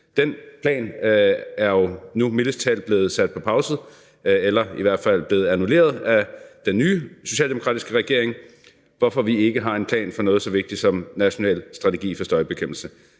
Den plan er jo nu mildest talt blevet sat på pause eller i hvert fald blevet annulleret af den nye socialdemokratiske regering, og derfor har vi ikke en national strategi for noget så vigtigt som støjbekæmpelse.